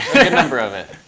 number of it.